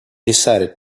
decided